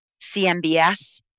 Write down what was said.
CMBS